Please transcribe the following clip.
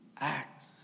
acts